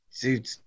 dude